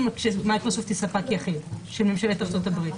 שמיקרוסופט היא ספק יחיד של ממשלת ארצות-הברית.